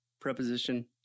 preposition